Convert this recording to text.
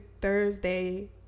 Thursday